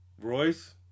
Royce